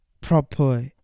proper